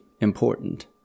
important